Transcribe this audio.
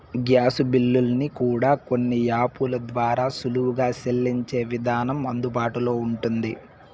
gas బిల్లుల్ని కూడా కొన్ని యాపుల ద్వారా సులువుగా సెల్లించే విధానం అందుబాటులో ఉంటుంది